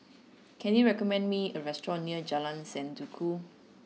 can you recommend me a restaurant near Jalan Sendudok